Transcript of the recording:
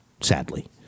sadly